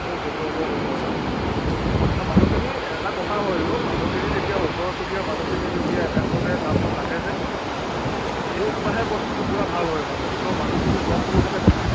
খুব সুন্দৰকৈ হৈ যায় ন মানুহখিনি এটা কথা হয় অ' মানুহখিনি যেতিয়া ওচৰ চুবুৰীয়া মানুহখিনি যেতিয়া একাগ্ৰতাৰে কামটোত লাগে যে সেইটোপাহে বস্তুটো পূৰা ভাল হয় মানে ওচৰৰ মানুহখিনি মনটোৰ লগতে কথা